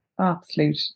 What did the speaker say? absolute